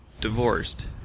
divorced